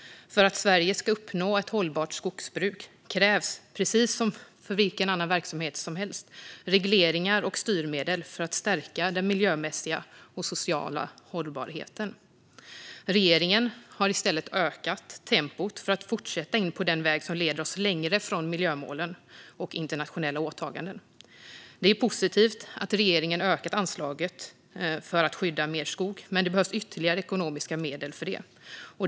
För att Sverige ska uppnå ett hållbart skogsbruk krävs, precis som för vilken annan verksamhet som helst, regleringar och styrmedel för att stärka den miljömässiga och sociala hållbarheten. Regeringen har i stället ökat tempot för att fortsätta in på den väg som leder oss längre från miljömålen och internationella åtaganden. Det är positivt att regeringen ökat anslaget för att skydda mer skog, men det behövs ytterligare ekonomiska medel för detta.